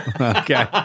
Okay